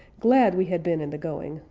glad we had been in the going,